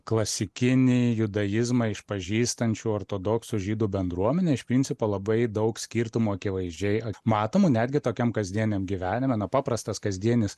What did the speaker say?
klasikinį judaizmą išpažįstančių ortodoksų žydų bendruomenė iš principo labai daug skirtumų akivaizdžiai matomų netgi tokiam kasdieniam gyvenime na paprastas kasdienis